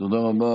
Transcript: תודה רבה